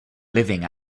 living